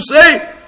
say